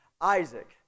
Isaac